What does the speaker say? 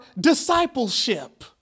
discipleship